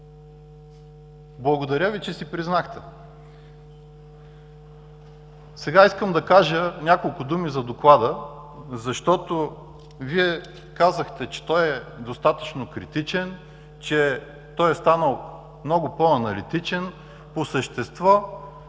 Благодаря Ви, че си признахте. Няколко думи за доклада, защото Вие казахте, че той е достатъчно критичен, че е станал много по-аналитичен. По същество,